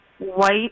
white